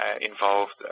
involved